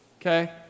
okay